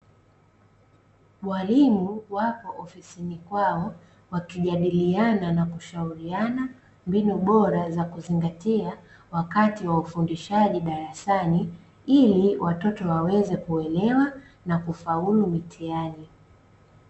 Walimu wapo ofisini kwao wakijadiliana na kushauriana mbinu bora za kuzingatia wakati wa ufundishaji darasani, ili watoto waweze kuelewa na kufaulu mitihani.